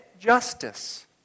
justice